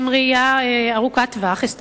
עם ראייה ארוכת טווח, אסטרטגית,